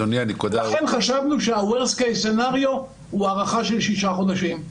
לכן חשבנו שהסצנריו הכי גרוע הוא הארכה של שישה חודשים.